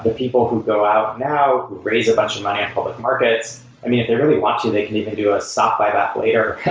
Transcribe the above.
but people who go out now raise a bunch of money in public markets. i mean, if they really want to they can even do a stock buyback later.